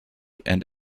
and